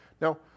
Now